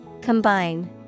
Combine